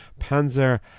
panzer